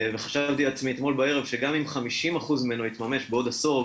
חשבתי לעצמי אתמול בערב שגם עם 50% ממנו התממש בעוד עשור,